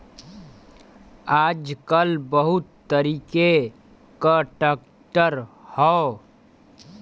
आजकल बहुत तरीके क ट्रैक्टर हौ